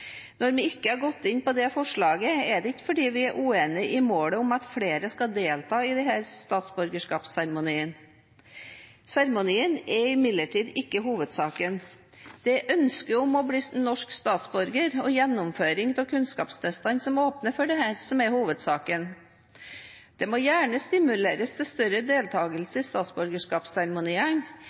Når vi ikke har gått inn for dette forslaget, er det ikke fordi vi er uenig i målet om at flere skal delta i disse statsborgerskapsseremoniene. Seremonien er imidlertid ikke hovedsaken. Det er ønsket om å bli norsk statsborger og gjennomføringen av kunnskapstestene som åpner for dette, som er hovedsaken. Det må gjerne stimuleres til større